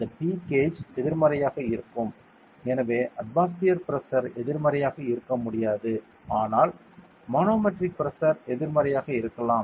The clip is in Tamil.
இந்த P கேஜ் எதிர்மறையாக இருக்கும் எனவே அட்மாஸ்பியர் பிரஷர் எதிர்மறையாக இருக்க முடியாது ஆனால் மனோமெட்ரிக் பிரஷர் எதிர்மறையாக இருக்கலாம்